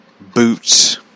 boots